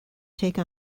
take